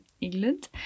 England